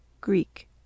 Greek